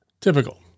Typical